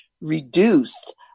reduced